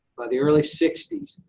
by the early sixty s,